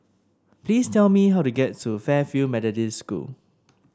please tell me how to get to Fairfield Methodist School